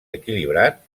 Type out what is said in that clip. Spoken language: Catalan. equilibrat